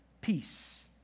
peace